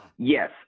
Yes